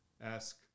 ask